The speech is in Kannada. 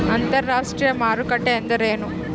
ಅಂತರಾಷ್ಟ್ರೇಯ ಮಾರುಕಟ್ಟೆ ಎಂದರೇನು?